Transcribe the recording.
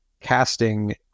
casting